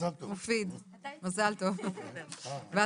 הישיבה